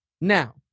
Now